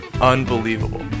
unbelievable